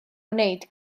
wneud